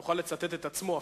שיוכל לצטט את עצמו אפילו.